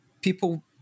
people